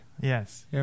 Yes